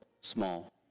small